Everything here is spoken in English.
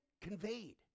conveyed